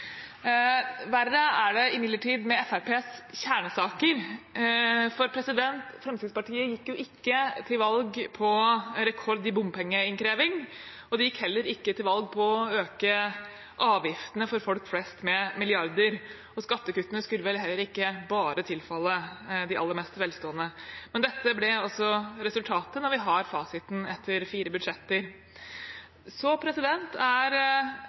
Verre er det imidlertid med Fremskrittspartiets kjernesaker, for Fremskrittspartiet gikk jo ikke til valg på rekord i bompengeinnkreving, heller ikke på å øke avgiftene for folk flest med milliarder, og skattekuttene skulle vel heller ikke bare tilfalle de aller mest velstående. Men dette ble altså resultatet når vi har fasiten etter fire budsjetter. Er